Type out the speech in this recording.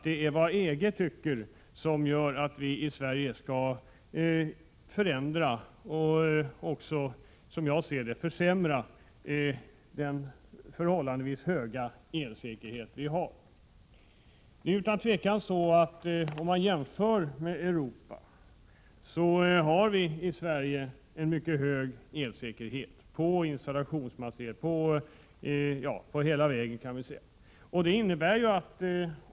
Det är vad EG tycker som avgör om vi i Sverige skall förändra och också — som jag ser det — försämra den förhållandevis stora elsäkerhet som vi har. Om man jämför med länder i Europa har vi i Sverige en mycket stor elsäkerhet beträffande elektrisk materiel.